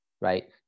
right